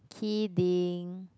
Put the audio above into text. kidding